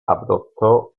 adoptó